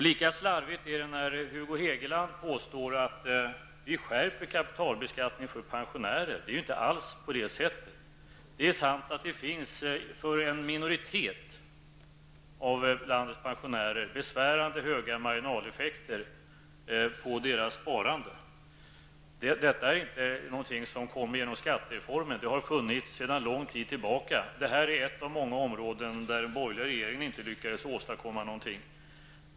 Lika slarvigt är det när Hugo Hegeland påstår att regeringen skärper kapitalbeskattningen för pensionärer. Det är inte alls på det sättet. Det är sant att det för en minoritet av landets pensionärer finns besvärande stora marginaleffekter på deras sparande. Detta var inte något som kom genom skattereformen, utan det har funnits sedan lång tid tillbaka. Detta är ett av många områden där den borgerliga regeringen inte lyckades åstadkomma någonting.